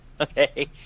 okay